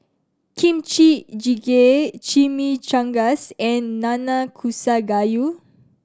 Kimchi Jjigae Chimichangas and Nanakusa Gayu